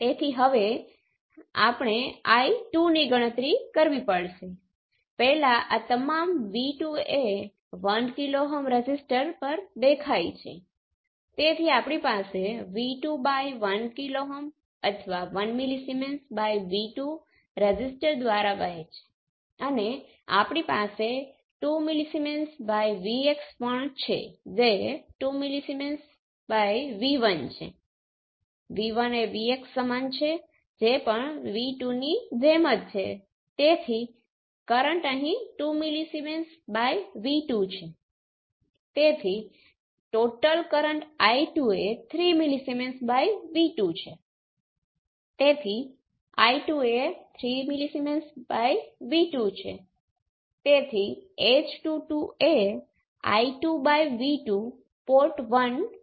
તેથી મુખ્ય વસ્તુ જે હું અહીં ભાર આપવા માંગુ છું તે એ છે કે ત્યાં કેટલીક પોર્પર્ટિ છે જેને રેસિપ્રોસિટિ કહેવાય છે અને બીજી યુનિલેટરલ કહેવાય છે અને આ તમે કયા પેરામીટર સેટને પસંદ કરો છો તેનાથી સંબંધિત નથી તમે જે પસંદ કરો છો તે સમાન હોવા જોઈએ અને આપણે નોંધ્યું કે રેઝિસ્ટિવ નેટવર્ક્સ ફોર્વર્ડ અને રિવર્સ પેરામિટર વચ્ચે કેટલાક ખાસ સંબંધ ધરાવે છે